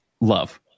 love